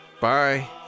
Bye